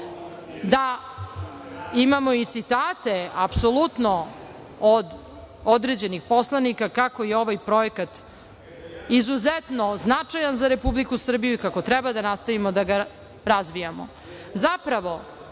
da imamo i citate od određenih poslanika kako je ovaj projekat izuzetno značajan za Republiku Srbiju i kako treba da nastavimo da ga razvijamo.